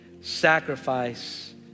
sacrifice